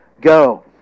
go